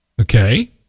Okay